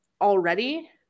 already